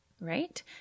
Right